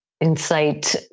insight